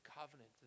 covenant